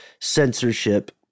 censorship